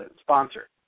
sponsor